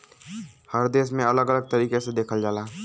हर देश में अलग अलग तरीके से देखल जाला